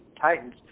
Titans